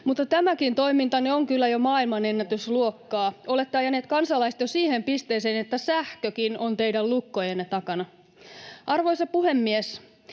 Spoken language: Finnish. Mutta tämäkin toimintanne on kyllä jo maailmanennätysluokkaa. Olette ajaneet kansalaiset jo siihen pisteeseen, että sähkökin on teidän lukkojenne takana. Arvoisa puhemies!